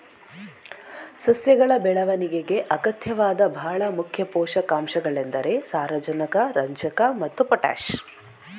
ಸಸ್ಯಗಳ ಬೆಳವಣಿಗೆಗೆ ಅಗತ್ಯವಾದ ಭಾಳ ಮುಖ್ಯ ಪೋಷಕಾಂಶಗಳೆಂದರೆ ಸಾರಜನಕ, ರಂಜಕ ಮತ್ತೆ ಪೊಟಾಷ್